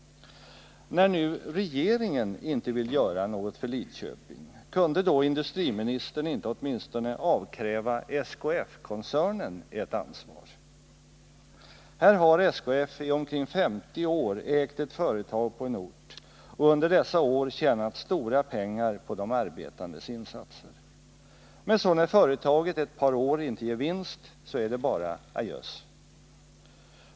När nu regeringen inte vill göra något för Lidköping, kunde då industriministern inte åtminstone avkräva SKF-koncernen ett ansvar? Här har SKF i omkring 50 år ägt ett företag på en ort och under dessa år tjänat stora pengar på de arbetandes insatser. Men så när företaget ett par år inte ger vinst så är det bara adjöss.